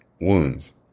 wounds